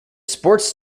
sports